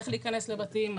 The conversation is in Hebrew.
איך להיכנס לבתים,